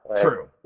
True